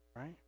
right